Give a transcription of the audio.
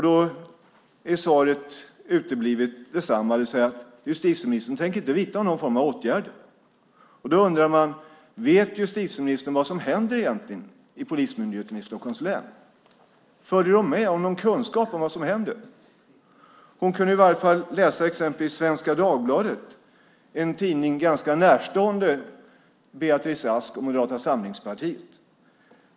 Då är svaret detsamma, det vill säga att justitieministern inte tänker vidta någon form av åtgärder. Då undrar jag: Vet justitieministern vad som egentligen händer i Polismyndigheten i Stockholms län? Följer hon med, och har hon någon kunskap om vad som händer? Hon kunde i varje fall läsa exempelvis Svenska Dagbladet, en tidning ganska närstående Beatrice Ask och Moderata samlingspartiet.